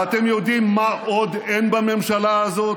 ואתם יודעים מה עוד אין בממשלה הזאת?